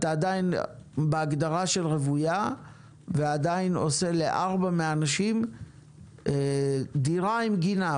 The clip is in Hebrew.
אתה עדיין בהגדרה של רוויה ועדיין עושה לארבע מהאנשים דירה עם גינה,